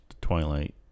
Twilight